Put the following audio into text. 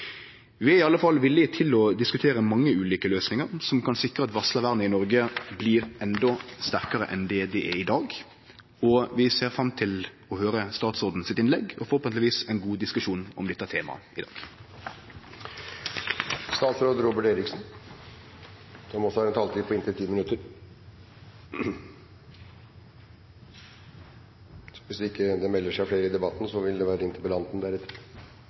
Vi er i alle fall villige til å diskutere mange ulike løysingar som kan sikre at varslarvernet i Noreg blir endå sterkare enn det det er i dag, og vi ser fram til å høyre statsråden sitt innlegg og forhåpentlegvis ein god diskusjon om dette temaet i dag. La meg først få lov til å gi honnør til representanten Rotevatn, som tar opp en viktig sak til debatt i